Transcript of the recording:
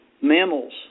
mammals